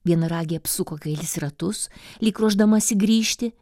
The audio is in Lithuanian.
vienaragiai apsuko kailis ratus lyg ruošdamasi grįžti